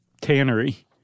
tannery